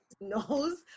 knows